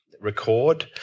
record